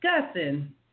discussing